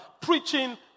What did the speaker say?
preaching